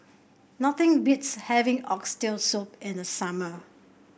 nothing beats having Oxtail Soup in the summer